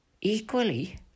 equally